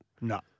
No